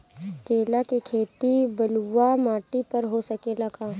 केला के खेती बलुआ माटी पर हो सकेला का?